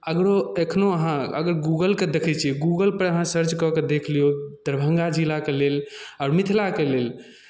अगरो एखनो अहाँ अगर गूगलकेँ देखै छियै गूगलपर अहाँ सर्च कऽ के देख लियौ तऽ दरभंगा जिलाके लेल आओर मिथिलाके लेल